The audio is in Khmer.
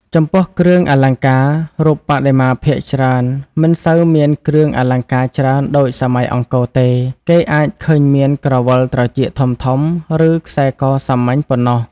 ចំំពោះគ្រឿងអលង្ការ រូបបដិមាភាគច្រើនមិនសូវមានគ្រឿងអលង្ការច្រើនដូចសម័យអង្គរទេ គេអាចឃើញមាន ក្រវិលត្រចៀកធំៗ ឬ ខ្សែកសាមញ្ញ ប៉ុណ្ណោះ។